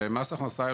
מס הכנסה,